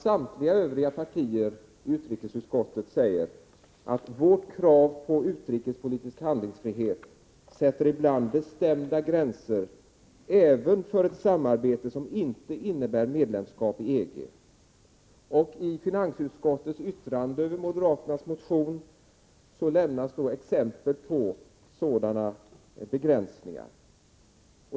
Samtliga övriga partier i utrikesutskottet säger: ”Vårt krav på utrikespolitisk handlingsfrihet sätter ibland bestämda gränser även för ett samarbete som inte innebär medlemskap i EG.” Och i finansutskottets yttrande över moderaternas motion lämnas exempel på sådana begränsningar.